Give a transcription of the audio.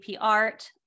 art